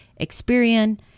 Experian